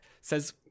says